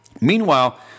Meanwhile